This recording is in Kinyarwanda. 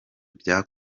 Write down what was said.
bya